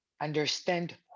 understand